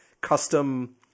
custom